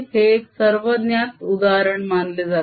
हे एक सर्वज्ञात उदाहरण मानले जाते